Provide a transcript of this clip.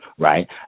Right